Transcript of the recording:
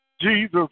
Jesus